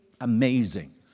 amazing